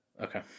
Okay